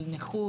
של נכות.